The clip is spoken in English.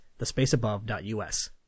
thespaceabove.us